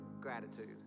gratitude